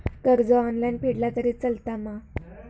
कर्ज ऑनलाइन फेडला तरी चलता मा?